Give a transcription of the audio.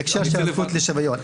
בהקשר לשוויון,